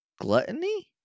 gluttony